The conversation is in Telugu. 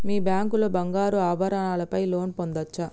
మీ బ్యాంక్ లో బంగారు ఆభరణాల పై లోన్ పొందచ్చా?